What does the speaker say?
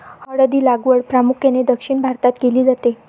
हळद ची लागवड प्रामुख्याने दक्षिण भारतात केली जाते